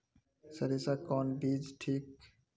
सरीसा कौन बीज ठिक?